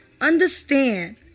understand